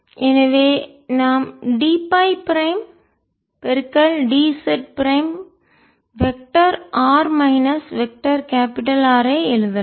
எனவே நாம் d Ф prime d z prime vector r minus vector capital R ஐ எழுதலாம்